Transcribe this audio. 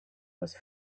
was